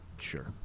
Sure